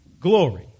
glory